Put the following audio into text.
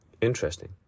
Interesting